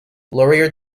laurier